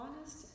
honest